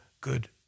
good